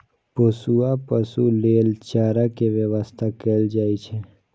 पोसुआ पशु लेल चारा के व्यवस्था कैल जाइ छै